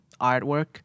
artwork